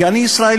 כי אני ישראלי,